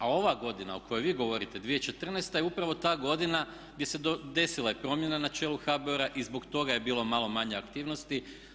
A ova godina o kojoj vi govorite 2014. je upravo ta godina gdje se desila i promjena na čelu HBOR-a i zbog toga je bilo malo manje aktivnosti.